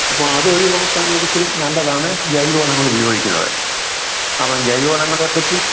അപ്പോൾ അത് ഒഴിവാക്കാൻ നല്ലതാണ് ജൈവ വളങ്ങൾ ഉപയോഗിക്കുന്നത് അപ്പം ജൈവ വളങ്ങളെ പറ്റി